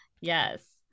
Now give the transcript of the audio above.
Yes